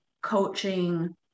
coaching